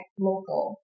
local